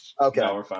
okay